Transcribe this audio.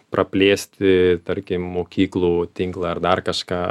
praplėsti tarkim mokyklų tinklą ar dar kažką